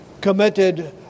committed